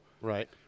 Right